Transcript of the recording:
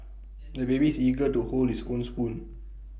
the baby is eager to hold his own spoon